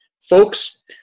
folks